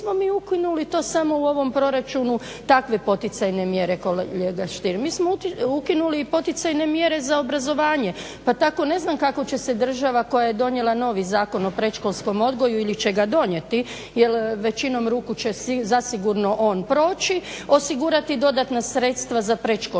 nismo mi ukinuli samo u ovom proračunu takve poticajne mjere kolega Stier, mi smo ukinuli i poticanje mjere za obrazovanje. Pa tako ne znam kako će se država koja je donijela novi Zakon o predškolskom odgoju ili će ga donijeti jel većinom ruku će zasigurno on proći, osigurati dodatna sredstva za predškolski